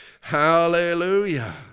Hallelujah